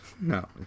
No